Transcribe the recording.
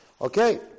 Okay